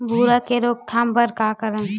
भूरा के रोकथाम बर का करन?